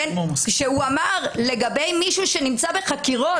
שאמר לגבי מי שנמצא בחקירות,